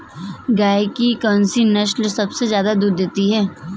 गाय की कौनसी नस्ल सबसे ज्यादा दूध देती है?